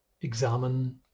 examine